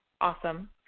awesome